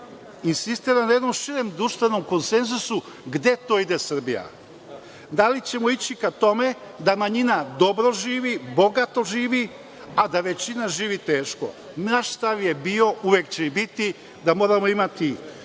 insistira na jednom širem društvenom konsenzusu gde to ide Srbija. Da li ćemo ići ka tome da manjina dobro živi, bogato živi, a da većina živi teško. Naš stav je bio, uvek će biti da moramo imati